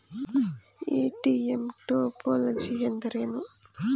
ATM topology ಎಂದರೇನು?